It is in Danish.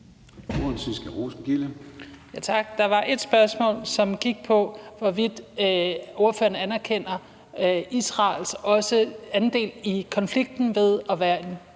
Der var ét spørgsmål, som gik på, hvorvidt ordføreren også anerkender Israels andel i konflikten ved ulovlige